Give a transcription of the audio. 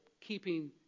keeping